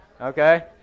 Okay